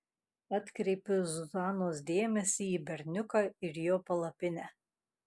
atkreipiu zuzanos dėmesį į berniuką ir jo palapinę